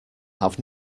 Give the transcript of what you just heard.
have